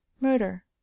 murder